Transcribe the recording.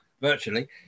virtually